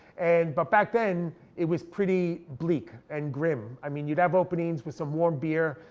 and but back then it was pretty bleak and grim. i mean you'd have openings with some warm beer,